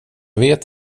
vet